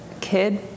kid